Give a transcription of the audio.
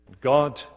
God